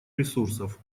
ресурсов